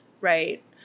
right